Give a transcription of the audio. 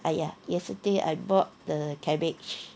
!aiya! yesterday I bought the cabbage